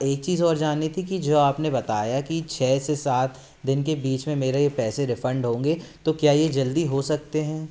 एक चीज़ और जाननी थी कि जो आपने बताया कि छः से सात दिन के बीच में मेरा ये पैसे रिफंड होंगे तो क्या ये जल्दी हो सकते हैं